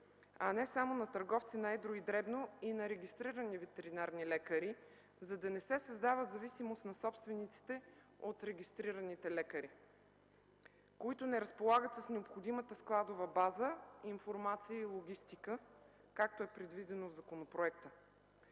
а не само на търговци на едро и дребно и на регистрирани ветеринарни лекари, за да не се създава зависимост на собствениците от регистрираните лекари, които не разполагат с необходимата складова база, информация и логистика, както е предвидено в законопроекта.